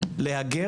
החלטה להגר